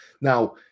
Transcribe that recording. now